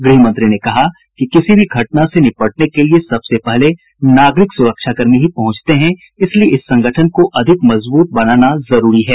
गृहमंत्री ने कहा कि किसी भी घटना से निपटने के लिए सबसे पहले नागरिक सुरक्षाकर्मी ही पहुंचते हैं इसलिए इस संगठन को अधिक मजबूत बनाना जरूरी है